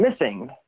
missing